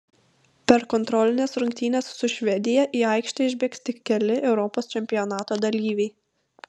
per kontrolines rungtynes su švedija į aikštę išbėgs tik keli europos čempionato dalyviai